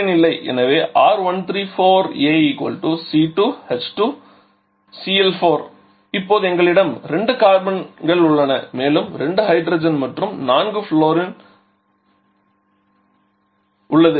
எனவே R134a ≡ C2H2Cl4 இப்போது எங்களிடம் 2 கார்பன்கள் உள்ளன மேலும் 2 ஹைட்ரஜன் மற்றும் 4 ஃவுளூரின் உள்ளது